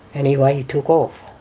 anyway he took off.